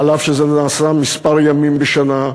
אף שזה נעשה כמה ימים בשנה.